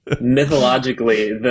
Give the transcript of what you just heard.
mythologically